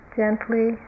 gently